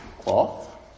cloth